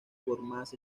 gormaz